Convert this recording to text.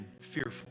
fearful